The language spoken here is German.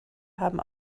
haben